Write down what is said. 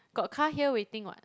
got car here waiting what